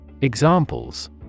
Examples